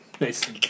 Nice